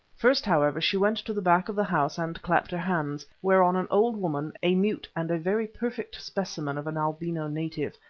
first, however, she went to the back of the house and clapped her hands, whereon an old woman, a mute and a very perfect specimen of an albino native,